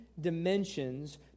dimensions